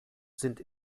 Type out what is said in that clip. sind